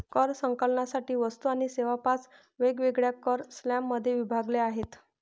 कर संकलनासाठी वस्तू आणि सेवा पाच वेगवेगळ्या कर स्लॅबमध्ये विभागल्या आहेत